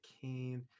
cane